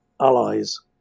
allies